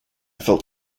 felt